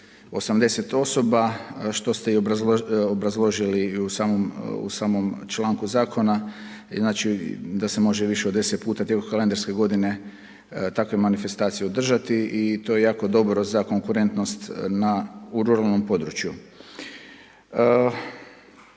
80 osoba što ste i obrazložili i u samom članku zakona. Znači da se može više od 10 puta tijekom kalendarske godine takve manifestacije održati i to je jako dobro za konkurentnost na ruralnom području.